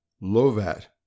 Lovat